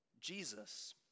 Jesus